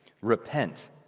Repent